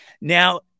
Now